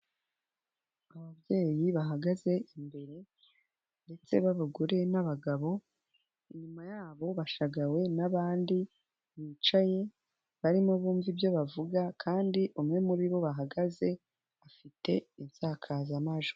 Ababyeyi bahagaze imbere ndetse n'abagore n'abagabo, inyuma yabo bashagawe n'abandi bicaye barimo bumva ibyo bavuga kandi umwe muri bo bahagaze afite insakazamajwi.